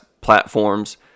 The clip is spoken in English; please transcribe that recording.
platforms